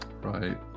Right